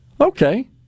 Okay